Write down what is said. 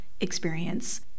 experience